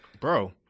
Bro